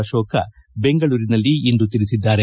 ಅಶೋಕ ಬೆಂಗಳೂರಿನಲ್ಲಿಂದು ತಿಳಿಸಿದ್ದಾರೆ